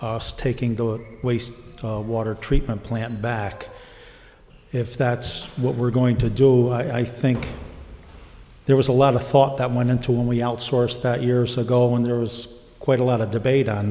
taking the waste water treatment plant back if that's what we're going to do i think there was a lot of thought that went into when we outsourced that years ago when there was quite a lot of debate on